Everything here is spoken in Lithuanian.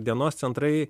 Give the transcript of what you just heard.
dienos centrai